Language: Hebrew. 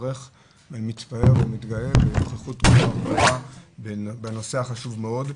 מברך ומתפעל ומתגאה בנוכחות כל כך גדולה בנושא החשוב מאוד.